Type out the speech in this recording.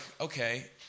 okay